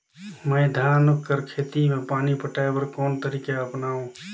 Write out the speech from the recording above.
मैं धान कर खेती म पानी पटाय बर कोन तरीका अपनावो?